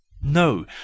No